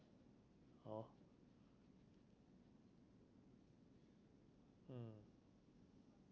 oh hmm